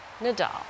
Nadal